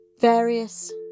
Various